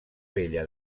vella